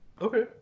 Okay